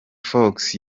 fox